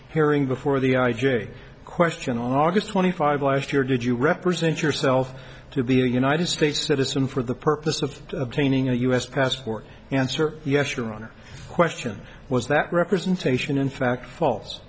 hearing before the i j a question on august twenty five last year did you represent yourself to the united states citizen for the purpose of obtaining a u s passport answer yes your honor question was that representation in fact false